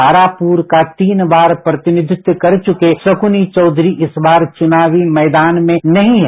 तारापुर का तीन बार प्रतिनिधित्व कर चुके शकनी चौधरी इस बार चुनावी मैदान में नहीं हैं